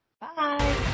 Bye